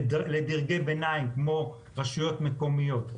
לדרגי ביניים כמו רשויות מקומיות,